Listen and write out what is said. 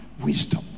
Wisdom